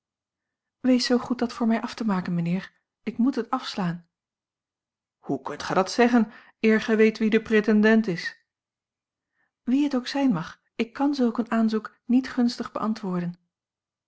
wees zoo goed dat voor mij af te maken mijnheer ik moet het afslaan hoe kunt gij dat zeggen eer gij weet wie de pretendent is wie het ook zijn mag ik kan zulk een aanzoek niet gunstig beantwoorden